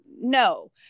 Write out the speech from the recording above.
no